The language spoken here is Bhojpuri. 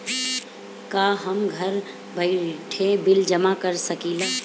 का हम घर बइठे बिल जमा कर शकिला?